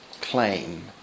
claim